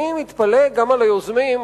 אני מתפלא גם על היוזמים,